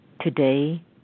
Today